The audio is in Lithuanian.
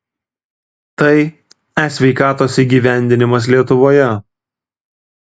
tai e sveikatos įgyvendinimas lietuvoje